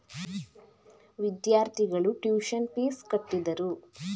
ವಿದ್ಯಾರ್ಥಿಗಳು tuition fees ಕಟ್ಟಿದರು